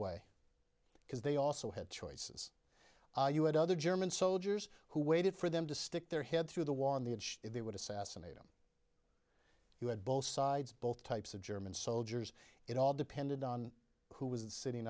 way because they also had choices you had other german soldiers who waited for them to stick their head through the wall on the edge they would assassinate him you had both sides both types of german soldiers it all depended on who was sitting